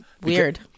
Weird